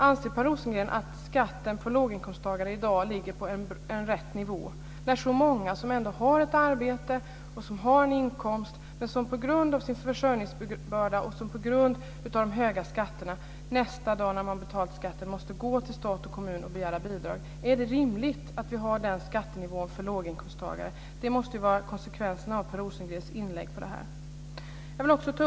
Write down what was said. Anser Per Rosengren att skatten för låginkomsttagare i dag ligger på rätt nivå när så många som ändå har arbete och inkomst, men som på grund av sin försörjningsbörda och på grund av de höga skatterna, dagen efter det att de har betalat skatten måste gå till stat och kommun och begära bidrag? Är det rimligt att vi har den skattenivån för låginkomsttagare? Det måste ju vara konsekvensen av Per Rosengrens inlägg här.